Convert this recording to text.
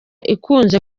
ikunzwe